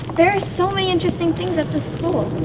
there are so many interesting things at this school.